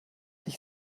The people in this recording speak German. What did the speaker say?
ich